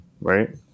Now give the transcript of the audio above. right